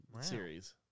series